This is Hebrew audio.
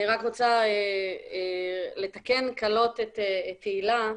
אני רק רוצה לתקן קלות את תהילה.